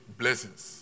blessings